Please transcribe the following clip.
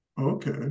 Okay